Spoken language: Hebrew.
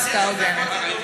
זאת עסקה הוגנת.